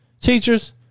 Teachers